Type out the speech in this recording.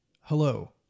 Hello